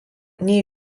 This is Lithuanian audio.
nei